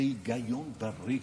זה היגיון בריא.